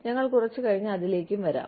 ഞങ്ങൾ കുറച്ച് കഴിഞ്ഞ് അതിലേക്ക് വരാം